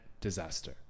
disaster